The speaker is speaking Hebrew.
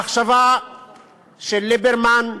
המחשבה של ליברמן,